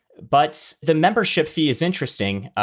but the membership fee is interesting,